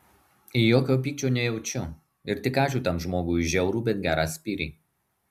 jokio pykčio nejaučiu ir tik ačiū tam žmogui už žiaurų bet gerą spyrį